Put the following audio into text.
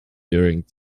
during